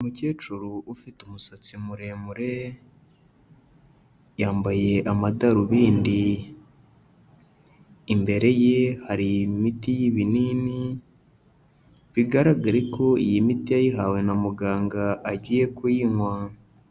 Umukecuru ufite umusatsi muremure yambaye amadarubindi, imbere ye hari imiti y'ibinini bigaragare ko iyi miti yayihawe na muganga agiye kuyinywa.